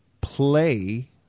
play